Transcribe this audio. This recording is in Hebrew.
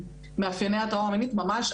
מאפייני הטראומה המינית ממש,